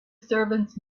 servants